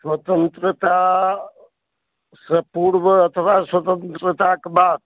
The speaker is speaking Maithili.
स्वतंत्रतासँ पूर्व अथवा स्वतंत्रताके बाद